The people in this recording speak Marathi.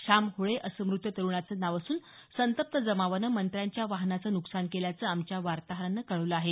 श्याम होळे असं मृत तरुणाचं नाव असून संतप्त जमावानं मंत्र्यांच्या वाहनाचं नुकसान केल्याचं आमच्या वार्ताहरानं कळवलं आहे